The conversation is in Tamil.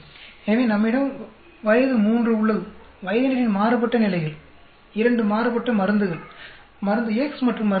எனவே நம்மிடம் வயது மூன்று உள்ளது வயதினரின் மாறுபட்ட நிலைகள் இரண்டு மாறுபட்ட மருந்துகள் மருந்து X மற்றும் Y